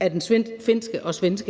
var en direkte konsekvens.